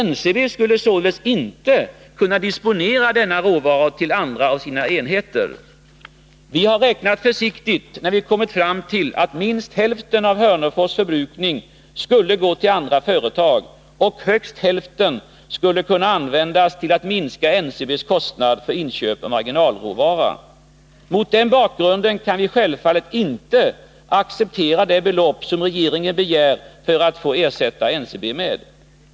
NCB skulle således inte kunna disponera denna råvara till andra av sina enheter. Vi har räknat försiktigt när vi kommit fram till att minst hälften av Hörnefors förbrukning skulle gå till andra företag och högst hälften skulle kunna användas till att minska NCB:s kostnad för inköp av marginalråvara. Mot den bakgrunden kan vi självfallet inte acceptera det belopp som regeringen begär att få för att ersätta NCB med.